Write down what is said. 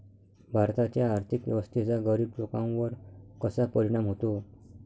भारताच्या आर्थिक व्यवस्थेचा गरीब लोकांवर कसा परिणाम होतो?